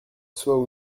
soient